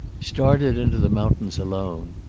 started into the mountains alone.